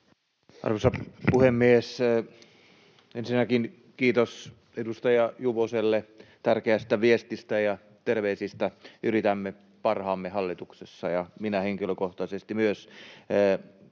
Arvoisa puhemies! Ensinnäkin kiitos edustaja Juvoselle tärkeästä viestistä ja terveisistä. Yritämme parhaamme hallituksessa ja minä henkilökohtaisesti myös.